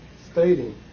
stating